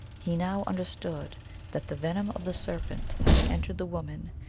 he now understood that, the venom of the serpent having entered the woman,